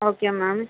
okay ma'am